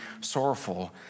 sorrowful